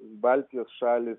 baltijos šalys